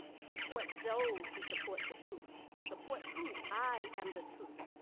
support those who support the truth. support truth. i am the truth.